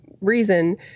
reason